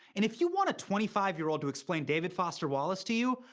and if you want a twenty five year old to explain david foster wallace to you,